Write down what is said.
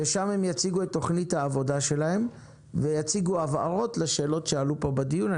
ושם הם יציגו את תוכנית העבודה שלהם והבהרות לשאלות שעלו פה בדיון.